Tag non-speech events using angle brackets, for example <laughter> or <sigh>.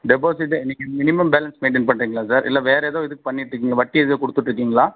deposit <unintelligible> க்கு minimum balance maintain பண்றீங்களா sir இல்லை வேறு ஏதோ இதுக்கு பண்ணிகிட்டிருக்கீங்க வட்டி ஏதோ கொடுத்துட்டிருக்கீங்களா